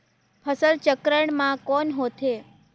फसल चक्रण मा कौन होथे?